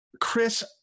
Chris